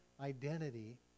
identity